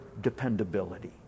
dependability